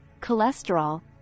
cholesterol